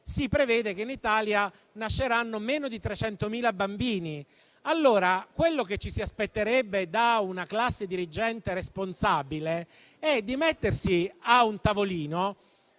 si prevede che nel 2024 in Italia saranno nati meno di 300.000 bambini. Quello che ci si aspetterebbe da una classe dirigente responsabile è di mettersi a un tavolino